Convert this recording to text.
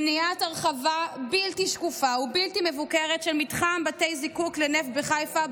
מניעת הרחבה בלתי שקופה ובלתי מבוקרת של מתחם בתי זקוק לנפט בחיפה,